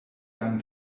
gun